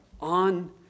on